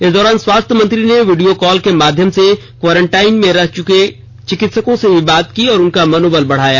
इस दौरान स्वास्थ्य मंत्री ने वीडियो कॉल के मध्यम से क्वारंटाइन में रह रहे चिकित्सकों से भी बात की और उनका मनोबल बढ़ाया